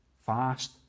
fast